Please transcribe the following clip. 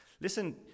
Listen